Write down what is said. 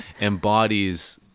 embodies